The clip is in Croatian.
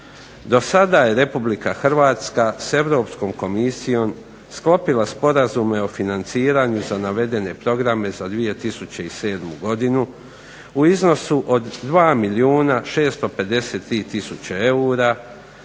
Do sada je Republika Hrvatska s Europskom komisijom sklopila sporazume o financiranju za navedene programe za 2007. godinu u iznosu od 2 milijuna 653 tisuće eura,